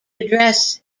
address